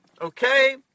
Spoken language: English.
Okay